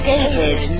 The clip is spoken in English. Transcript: David